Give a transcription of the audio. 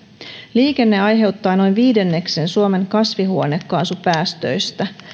liikenne aiheuttaa noin viidenneksen suomen kasvihuonekaasupäästöistä